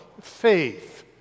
faith